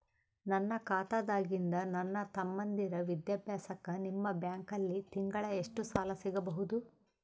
ನನ್ನ ಖಾತಾದಾಗಿಂದ ನನ್ನ ತಮ್ಮಂದಿರ ವಿದ್ಯಾಭ್ಯಾಸಕ್ಕ ನಿಮ್ಮ ಬ್ಯಾಂಕಲ್ಲಿ ತಿಂಗಳ ಎಷ್ಟು ಸಾಲ ಸಿಗಬಹುದು?